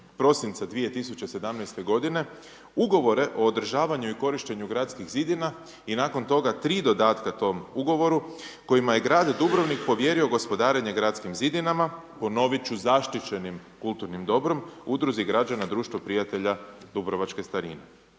prosinca 2017. g., ugovore o održavanju i korištenju gradskih zidina i nakon toga tri dodatka tom ugovoru kojima je grad Dubrovnik povjerio gospodarenje gradskim zidinama, ponovit ću, zaštićenim kulturnim dobrom, udruzi građana Društvo prijatelja Dubrovačke starine.